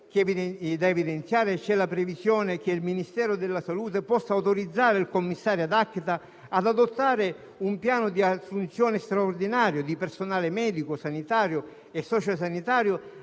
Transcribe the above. da evidenziare c'è la previsione che il Ministero della salute possa autorizzare il commissario *ad acta* ad adottare un piano di assunzioni straordinario di personale medico, sanitario e socio-sanitario,